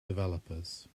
developers